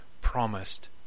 promised